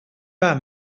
pas